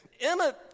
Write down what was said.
Emma